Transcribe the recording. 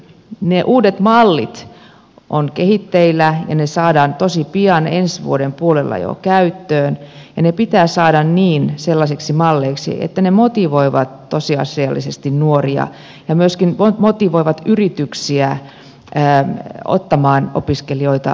ne uudet mallit ovat kehitteillä ja ne saadaan tosi pian ensi vuoden puolella jo käyttöön ja ne pitää saada sellaisiksi malleiksi että ne motivoivat tosiasiallisesti nuoria ja myöskin motivoivat yrityksiä ottamaan opiskelijoita vastaan